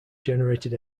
generated